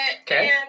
Okay